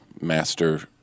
master